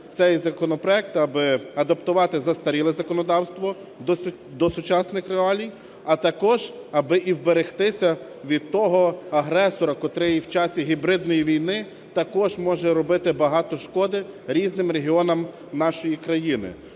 цей законопроект, аби адаптувати застаріле законодавство до сучасних реалій, а також, аби і вберегтися від того агресора, котрий в часі гібридної війни також може робити багато шкоди різним регіонам нашої країни.